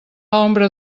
ombra